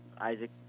Isaac